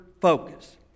focus